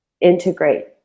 integrate